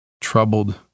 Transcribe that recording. troubled